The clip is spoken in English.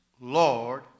Lord